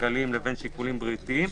כלכליים ושיקולים בריאותיים.